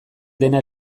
dena